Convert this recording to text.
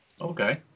Okay